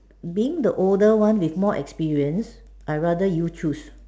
being the older one is more experience I rather you choose